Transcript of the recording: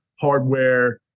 hardware